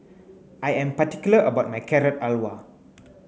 I am particular about my Carrot Halwa